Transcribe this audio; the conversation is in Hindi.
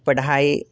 पढ़ाई